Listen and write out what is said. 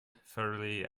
thoroughly